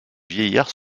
vieillard